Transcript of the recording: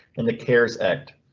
and that cares act.